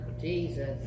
Jesus